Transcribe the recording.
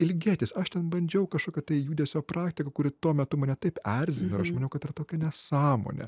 ilgėtis aš ten bandžiau kažkokio tai judesio praktiką kuri tuo metu mane taip erzino aš maniau kad tokia nesąmonė